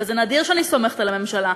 וזה נדיר שאני סומכת על הממשלה,